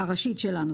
הראשית שלנו.